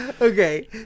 Okay